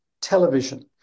television